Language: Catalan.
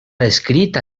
descrit